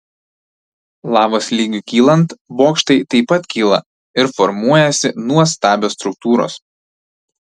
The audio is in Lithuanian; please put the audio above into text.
lavos lygiui kylant bokštai taip pat kyla ir formuojasi nuostabios struktūros